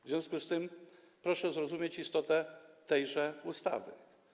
W związku z tym proszę zrozumieć istotę tejże ustawy.